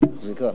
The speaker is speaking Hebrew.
זה נקרא?